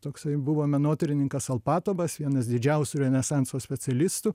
toksai buvo menotyrininkas alpatovas vienas didžiausių renesanso specialistų